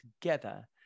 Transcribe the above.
together